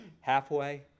halfway